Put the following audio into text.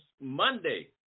Monday